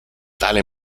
tale